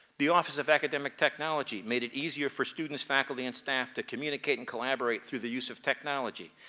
the office of academic technology made it easier for students, faculty, and staff to communicate and collaborate through the use of technology.